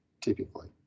typically